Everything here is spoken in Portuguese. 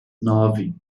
nove